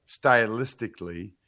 stylistically